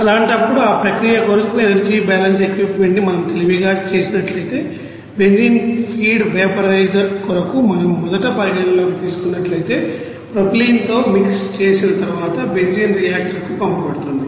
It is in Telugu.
అలాంటప్పుడు ఈ ప్రక్రియ కొరకు ఎనర్జీ బ్యాలెన్స్ ఎక్విప్ మెంట్ ని మనం తెలివిగా చేసినట్లయితే బెంజీన్ ఫీడ్ వేపరైజర్ కొరకు మనం మొదట పరిగణనలోకి తీసుకున్నట్లయితే ప్రొపైలీన్ తో మిక్స్ చేసిన తరువాత బెంజీన్ రియాక్టర్ కు పంపబడుతుంది